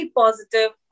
positive